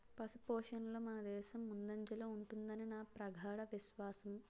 పశుపోషణలో మనదేశం ముందంజలో ఉంటుదని నా ప్రగాఢ విశ్వాసం